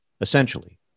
Essentially